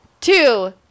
Two